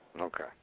Okay